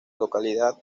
localidad